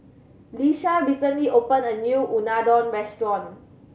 Iesha recently opened a new Unadon restaurant